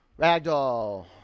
Ragdoll